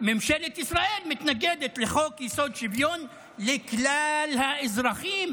ממשלת ישראל מתנגדת לחוק-יסוד: שוויון לכלל האזרחים.